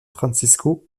francisco